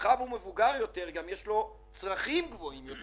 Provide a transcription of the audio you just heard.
מאחר והוא מבוגר יותר גם יש לו צרכים גבוהים יותר.